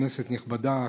כנסת נכבדה,